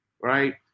right